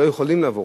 לא יכולים לבוא.